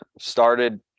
started